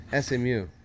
SMU